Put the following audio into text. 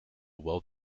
well